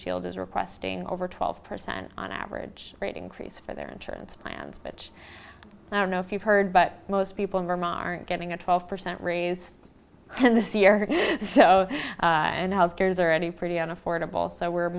shield is requesting over twelve percent on average rate increase for their insurance plans which i don't know if you've heard but most people in vermont aren't getting a twelve percent raise and so and health care is there any pretty on affordable so we're